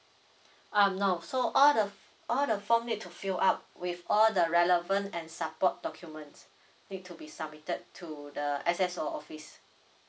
um no so all the all the form need to fill up with all the relevant and support documents need to be submitted to the S_S_O office